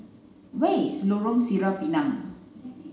where is Lorong Sireh Pinang